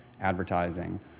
advertising